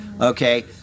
okay